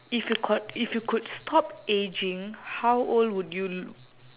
if you could if you could stop ageing how old would you l~